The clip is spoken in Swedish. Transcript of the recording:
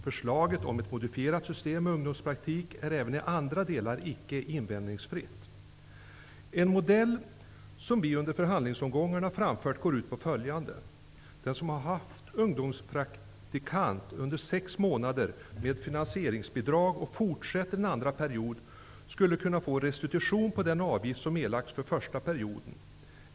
Förslaget om ett modifierat system med ungdomspraktik är även i andra delar icke invändningsfritt. En modell som vi under förhandlingsomgångarna framfört går ut på följande. Den som har haft en ungdomspraktikant under sex månader med finansieringsbidrag och fortsätter en andra period, skulle kunna få restitution på den avgift som erlagts den första perioden.